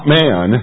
man